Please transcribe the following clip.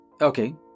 Okay